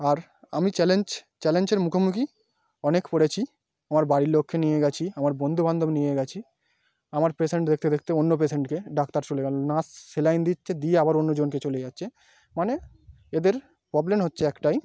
আর আমি চ্যালেঞ্জ চ্যালেঞ্জের মুখোমুখি অনেক পড়েছি আমার বাড়ির লোককে নিয়ে গেছি আমার বন্ধুবান্ধব নিয়ে গেছি আমার পেসেন্ট দেখতে দেখতে অন্য পেসেন্টকে ডাক্তার চলে গেলো নার্স সেলাইন দিচ্ছে দিয়ে আবার অন্যজনকে চলে যাচ্ছে মানে এদের প্রবলেম হচ্ছে একটাই